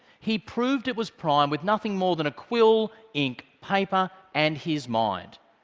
he proved it was prime with nothing more than a quill, ink, paper and his mind.